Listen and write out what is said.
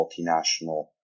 multinational